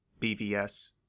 BVS